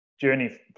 journey